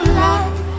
life